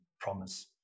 promise